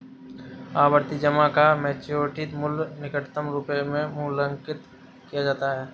आवर्ती जमा का मैच्योरिटी मूल्य निकटतम रुपये में पूर्णांकित किया जाता है